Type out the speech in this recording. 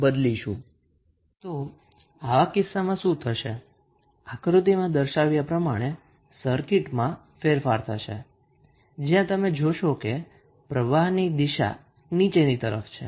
તો આવા કિસ્સામાં શું થશે આકૃતિમાં દર્શાવ્યા પ્રમાણે સર્કિટ માં ફેરફાર થશે જ્યાં તમે જોશો કે પ્રવાહ ની દિશા નીચે તરફ છે